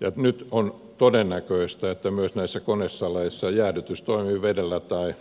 ja nyt on todennäköistä että myös näissä konesaleissa jäädytys toimii vedellä tai